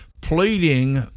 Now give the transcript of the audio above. pleading